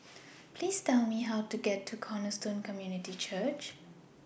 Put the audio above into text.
Please Tell Me How to get to Cornerstone Community Church